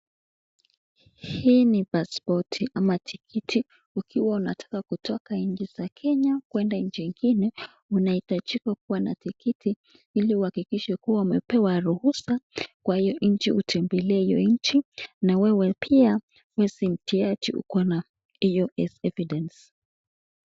Hii ni paspoti ama tikiti ukiwa unataka kutoka nje ya Kenya kwenda nchi ingine, unahitajika kuwa na tikiti ili ihakikishe kuwa umepewa ruhusa kwa hio nchi utembelee hiyo inchi na wewe pia uko na hio evidence .